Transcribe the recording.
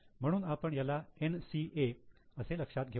म्हणून आपण त्याला 'NCA' असे लक्षात घेऊ